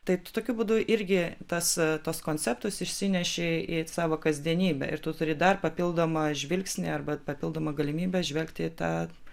tai tu tokiu būdu irgi tas tuos konceptus išsineši į savo kasdienybę ir tu turi dar papildomą žvilgsnį arba papildomą galimybę žvelgti į tą